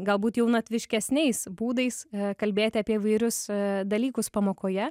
galbūt jaunatviškesniais būdais kalbėti apie įvairius dalykus pamokoje